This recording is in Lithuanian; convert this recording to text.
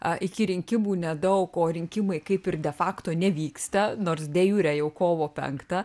a iki rinkimų nedaug o rinkimai kaip ir de fakto nevyksta nors dejure jau kovo penktą